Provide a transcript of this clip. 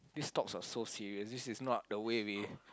these talks are so serious this is not the way we